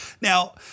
Now